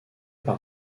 par